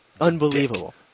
unbelievable